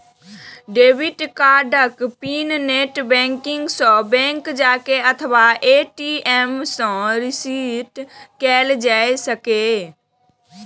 debit कार्डक pin net banking सं, bank जाके अथवा ए.टी.एम सं रीसेट कैल जा सकैए